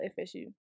FSU